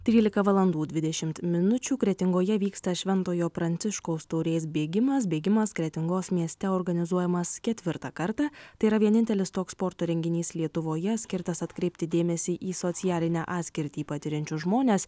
trylika valandų dvidešimt minučių kretingoje vyksta šventojo pranciškaus taurės bėgimas bėgimas kretingos mieste organizuojamas ketvirtą kartą tai yra vienintelis toks sporto renginys lietuvoje skirtas atkreipti dėmesį į socialinę atskirtį patiriančius žmones